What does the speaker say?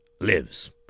lives